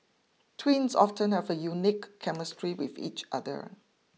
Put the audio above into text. twins often have a unique chemistry with each other